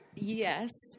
Yes